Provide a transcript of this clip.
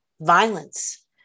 violence